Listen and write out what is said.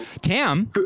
Tam